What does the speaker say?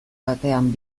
batean